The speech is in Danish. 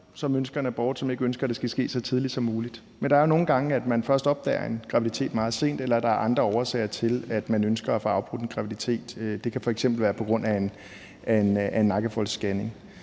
som ønsker en abort, som ikke ønsker, at det skal ske så tidligt som muligt. Men der er jo nogle gange, hvor man først opdager en graviditet meget sent, eller der er andre årsager til, at man ønsker at få afbrudt en graviditet. Det kan f.eks. være på grund af en nakkefoldsscanning.